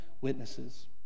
witnesses